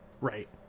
right